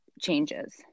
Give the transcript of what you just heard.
changes